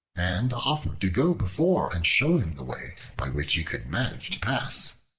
and offered to go before and show him the way by which he could manage to pass.